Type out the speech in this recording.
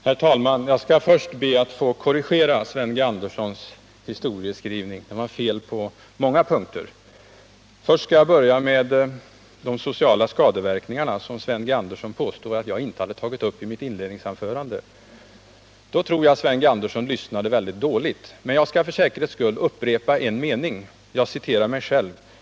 Herr talman! Jag skall först be att få korrigera Sven G. Anderssons historieskrivning. Den var felaktig på många punkter. Jag skall börja med de sociala skadeverkningarna, som Sven G. Andersson påstod att jag inte hade tagit upp i mitt inledningsanförande. Då tror jag att Sven G. Andersson lyssnade väldigt dåligt, men jag skall för säkerhets skull upprepa en mening. Jag citerar mig själv.